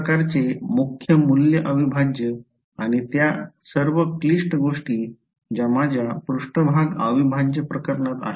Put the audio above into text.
काही प्रकारचे मुख्य मूल्य अविभाज्य आणि त्या सर्व क्लिष्ट गोष्टी ज्या माझ्या पृष्ठभाग अविभाज्य प्रकरणात आहेत